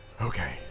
Okay